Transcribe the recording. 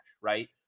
right